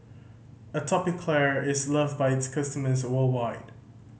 Atopiclair is loved by its customers worldwide